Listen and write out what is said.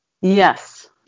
Yes